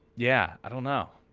yeah i don't know.